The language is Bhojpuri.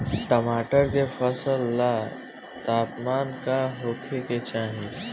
टमाटर के फसल ला तापमान का होखे के चाही?